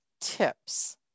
tips